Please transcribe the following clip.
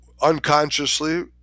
unconsciously